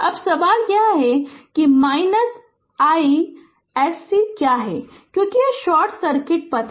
अब सवाल यह है कि isc क्या है क्योंकि यह शॉर्ट सर्किट पथ है